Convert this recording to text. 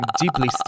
deeply